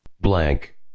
Blank